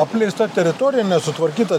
apleista teritorija nesutvarkyta